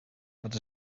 wat